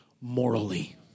morally